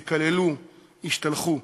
יקללו, ישתלחו.